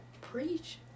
Preach